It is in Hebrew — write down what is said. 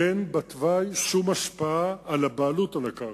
אין בתוואי שום השפעה על הבעלות על הקרקע.